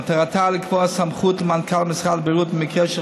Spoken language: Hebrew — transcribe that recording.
מטרתה לקבוע סמכות למנכ"ל משרד הבריאות במקרה של